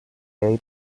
eight